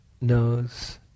knows